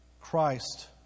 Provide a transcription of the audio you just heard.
Christ